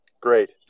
Great